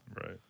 Right